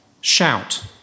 Shout